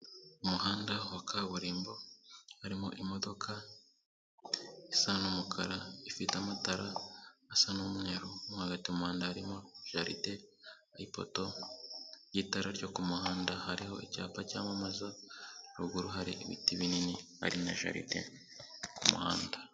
Umuhanda wa kaburimbo harimo imodoka isa n'umukara, ifite amatara asa n'umweru mo hagati mu muhanda harimo jaride, ipoto ry'itara ryo kumuhanda hariho icyapa cyamamaza, haruguru hari ibiti binini, hari na jaride ku muhanda.